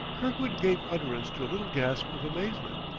kirkwood gave utterance to a little gasp of amazement,